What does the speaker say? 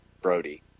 Brody